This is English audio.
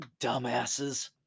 dumbasses